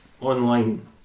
Online